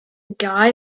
guy